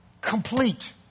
complete